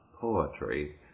poetry